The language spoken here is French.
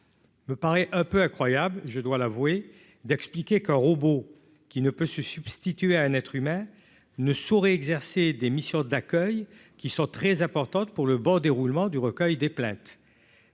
me paraît un peu incroyable, je dois l'avouer d'expliquer qu'un robot qui ne peut se substituer à un être humain ne saurait exercer des missions d'accueil qui sont très importantes pour le bon déroulement du recueil des plaintes